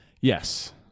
Yes